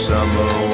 Summer